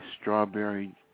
strawberry